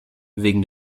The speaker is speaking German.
wegen